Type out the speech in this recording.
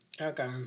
Okay